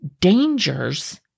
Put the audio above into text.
dangers